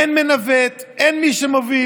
אין מנווט, אין מי שמוביל.